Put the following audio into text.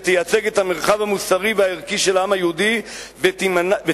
שתייצג את המרחב המוסרי והערכי של העם היהודי ותימנע